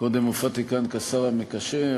קודם הופעתי כאן כשר המקשר,